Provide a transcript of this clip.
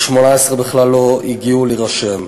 ו-18 בכלל לא הגיעו להירשם.